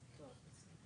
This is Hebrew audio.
עוול שנעשה,